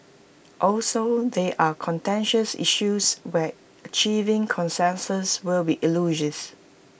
also they are contentious issues where achieving consensus will be elusive